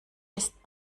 ist